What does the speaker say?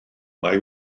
mae